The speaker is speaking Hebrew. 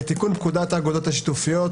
"תיקון פקודת האגודות השיתופיות,